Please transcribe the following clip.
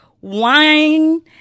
Wine